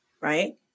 right